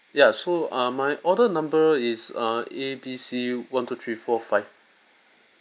ya so err my order number is err A B C one two three four five